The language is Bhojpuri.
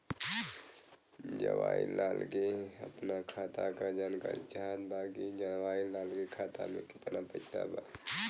जवाहिर लाल के अपना खाता का जानकारी चाहत बा की जवाहिर लाल के खाता में कितना पैसा बा?